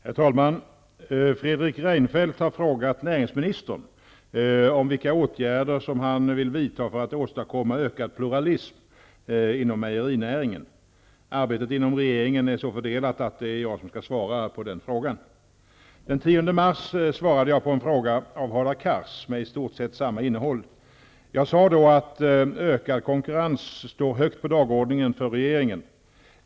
Herr talman! Fredrik Reinfeldt har frågat näringsministern vilka åtgärder han vill vidta för att åstadkomma ökad pluralism inom mejerinäringen. Arbetet inom regeringen är så fördelat att det är jag som skall svara på frågan. Den 10 mars svarade jag på en fråga av Hadar Cars med i stort sett samma innehåll. Jag sade då att ökad konkurrens står högt på dagordningen för regeringen.